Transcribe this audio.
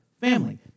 family